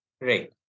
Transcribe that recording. Right